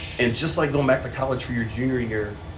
and just like going back to college for your junior year,